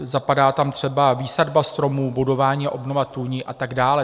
Zapadá tam třeba výsadba stromů, budování a obnova tůní a tak dále.